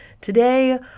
today